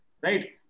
Right